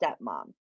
stepmom